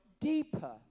deeper